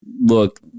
look